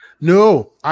No